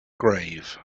grave